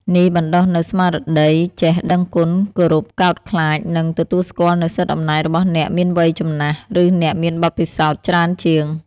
នេះបណ្តុះនូវស្មារតីចេះដឹងគុណ គោរពកោតខ្លាច និងទទួលស្គាល់នូវសិទ្ធិអំណាចរបស់អ្នកមានវ័យចំណាស់ ឬអ្នកមានបទពិសោធន៍ច្រើនជាង។